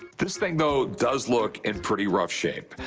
this thing, though, does look in pretty rough shape.